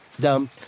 dumb